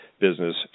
business